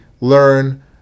learn